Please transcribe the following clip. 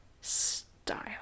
style